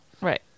Right